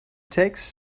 takes